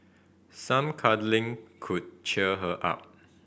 some cuddling could cheer her up